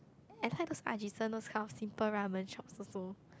I like those Ajisen those kind of simple ramen shops also